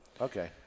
Okay